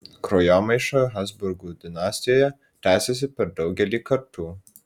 kraujomaiša habsburgų dinastijoje tęsėsi per daugelį kartų